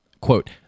quote